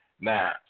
Now